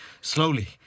Slowly